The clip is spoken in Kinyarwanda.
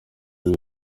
ibi